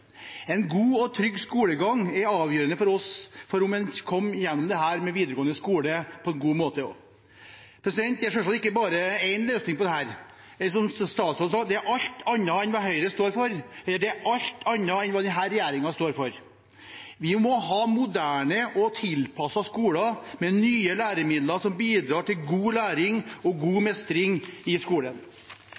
En god og trygg skolegang er avgjørende for oss, for om en kommer gjennom den videregående skolen på en god måte. Det er selvsagt ikke bare én løsning på dette. Som statsråden sa, er det alt annet enn hva Høyre står for, det er alt annet enn hva denne regjeringen står for. Vi må ha moderne og tilpassete skoler med nye læremidler som bidrar til god læring og god mestring i skolen.